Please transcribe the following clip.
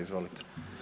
Izvolite.